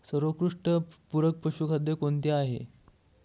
सर्वोत्कृष्ट पूरक पशुखाद्य कोणते आहे?